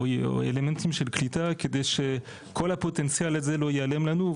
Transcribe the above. אלמנטים של קליטה כדי שכל הפוטנציאל הזה לא ייעלם לנו.